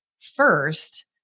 first